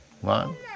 One